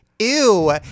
Ew